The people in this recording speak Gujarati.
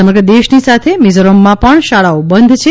સમગ્ર દેશની સાથે મિઝોરમમાં પણ શાળાઓ બંધ છે